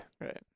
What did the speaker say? Right